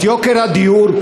את יוקר הדיור,